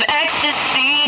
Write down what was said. ecstasy